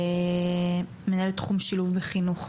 מנהלת תחום שילוב בחינוך.